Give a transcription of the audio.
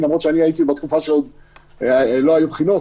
למרות שהייתי בתקופה שעוד לא היו בחינות.